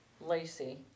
Lacey